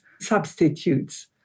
substitutes